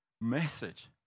message